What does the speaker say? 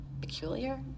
Peculiar